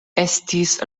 estis